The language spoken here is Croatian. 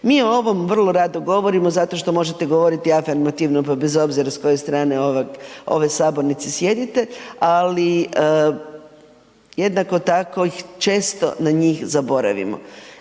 Mi o ovome vrlo rado govorimo zato što možete govoriti afirmativno pa bez obzira s koje strane ove sabornice sjedite, ali jednako tako često na njih zaboravimo.